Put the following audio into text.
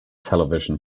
television